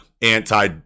anti